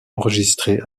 enregistrée